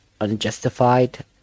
unjustified